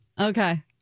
Okay